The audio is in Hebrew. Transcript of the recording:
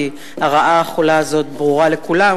כי הרעה החולה הזאת ברורה לכולם.